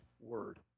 word